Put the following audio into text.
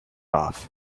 off